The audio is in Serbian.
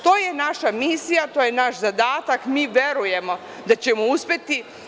To je naša misija, to je naš zadatak i mi verujemo da ćemo uspeti.